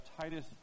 Titus